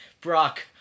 Brock